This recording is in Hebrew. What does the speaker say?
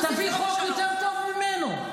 תביאי חוק יותר טוב ממנו.